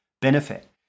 benefit